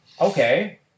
Okay